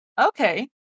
Okay